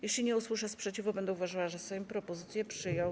Jeśli nie usłyszę sprzeciwu, będę uważała, że Sejm propozycję przyjął.